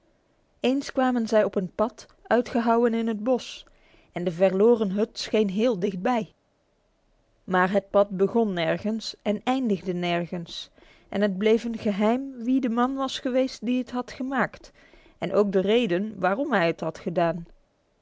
eens kwamen zij op een pad uitgehouwen in het bos en de verloren hut scheen heel dichtbij maar het pad begon nergens en eindigde nergens en het bleef een geheim wie de man was geweest die het pad gemaakt had en ook de reden waarom hij het had gedaan